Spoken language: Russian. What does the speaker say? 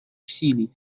усилий